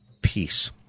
peace